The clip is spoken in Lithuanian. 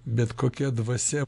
bet kokia dvasia